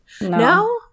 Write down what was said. No